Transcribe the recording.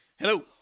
Hello